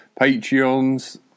patreons